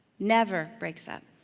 never breaks up.